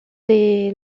des